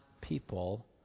people